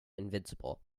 invincible